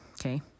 okay